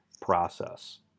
process